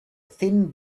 thin